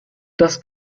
das